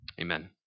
Amen